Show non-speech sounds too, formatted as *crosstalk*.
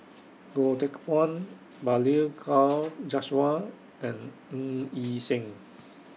*noise* Goh Teck Phuan Balli Kaur Jaswal and Ng Yi Sheng